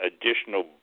additional